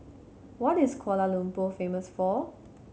what is Kuala Lumpur famous for